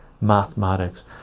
mathematics